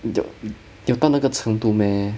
有有到那个程度 meh